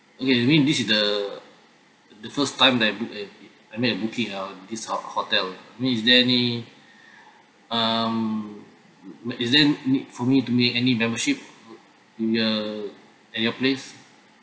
okay I mean this is the the first time that I book at I mean I booking ah at this hot~ hotel I mean is there any um m~ is there a need for me to make a membership at uh at your place